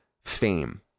fame